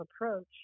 approach